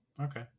Okay